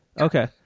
Okay